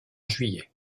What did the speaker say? juillet